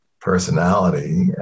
personality